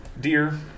dear